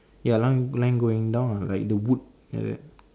ya line line going down lah like the wood like that